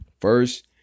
First